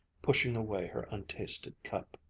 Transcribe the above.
pushing away her untasted cup.